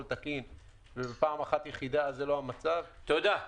תקין ופעם יחידה זה לא המצב- -- תודה.